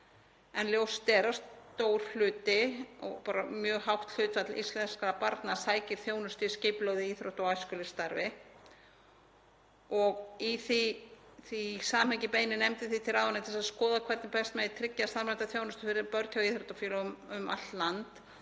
en ljóst er að stór hluti, mjög hátt hlutfall íslenskra barna sækir þjónustu í skipulögðu íþrótta- og æskulýðsstarfi. Í því samhengi beinir nefndin því til ráðuneytisins að skoða hvernig best megi tryggja samræmda þjónustu fyrir börn hjá íþróttafélögum um allt land,